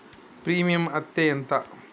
Premium అత్తే ఎంత?